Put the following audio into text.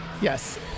Yes